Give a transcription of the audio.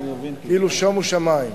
כאילו שומו שמים,